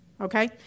Okay